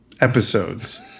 episodes